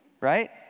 right